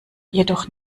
jedoch